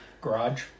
garage